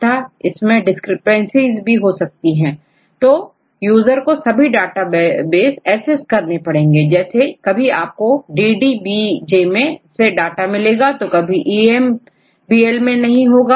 अतः इसमें डिस्क्रिपेंसीज हो सकती है तो यूजर को सभी डाटाबेस एसएस करना पड़ेंगे जैसे कभी आपकोDDBJ से डाटा मिलेगा जोEMBL मैं नहीं होगा